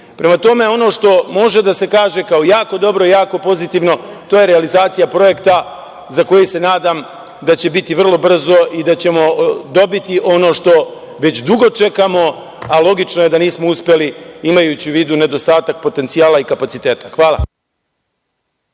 tome, ono što može da se kaže, kao jako dobro, jako pozitivno, to je realizacija projekta za koji se nadam da će biti vrlo brzo i da ćemo dobiti ono što već dugo čekamo, a logično je da nismo uspeli, imajući u vidu nedostatak potencijala i kapaciteta. Hvala.